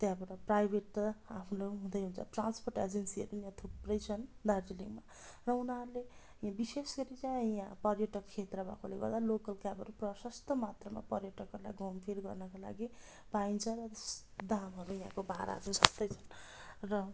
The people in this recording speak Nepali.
त्यहाँबाट प्राइभेट त आफ्नो हुँदै हुन्छ ट्रान्सपोर्ट एजेन्सीहरू नि यहाँ थुप्रै छन् दार्जिलिङमा र उनीहरूले यहाँ विशेष गरी चाहिँ यहाँ पर्यटक क्षेत्र भएकोले गर्दा लोकल क्याबहरू प्रशस्त मात्रामा पर्यटकहरूलाई घुमफिर गर्नका लागि पाइन्छ र दामहरू यहाँको भाडाहरू सस्तै छन र